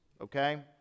Okay